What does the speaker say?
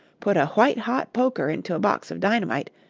put a white-hot poker into a box of dynamite,